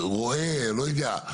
רואה, לא יודע,